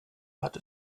hat